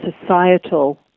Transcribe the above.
societal